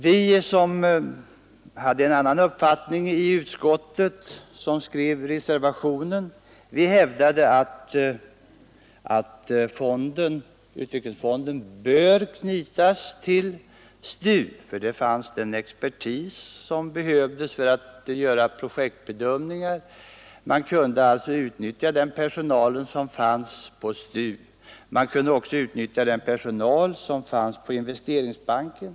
Vi som hade en annan uppfattning i utskottet reserverade oss och hävdade ått utvecklingsfonden borde knytas till STU, eftersom där fanns den expertis som behövdes för att göra projektbedömningar. Man kunde också utnyttja den personal som fanns inom Investeringsbanken.